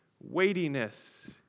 weightiness